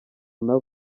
nabo